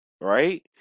right